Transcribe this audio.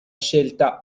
scelta